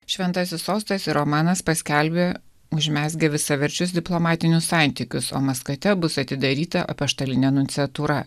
šventasis sostas ir omanas paskelbė užmezgę visaverčius diplomatinius santykius o maskate bus atidaryta apaštalinė nunciatūra